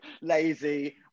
lazy